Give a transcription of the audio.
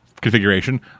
configuration